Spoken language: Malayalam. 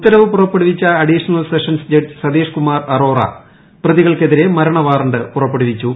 ഉത്തരവ് പുറപ്പെടുവിച്ച additional sessions judge Satish Kumar Arora പ്രതികൾക്കെതിരെ മരണ വാറന്റ് പുറപ്പെടുവിച്ചു